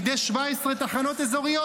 בידי 17 תחנות אזוריות,